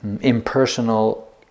impersonal